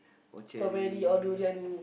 or cherry